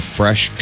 fresh